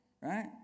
Right